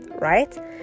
right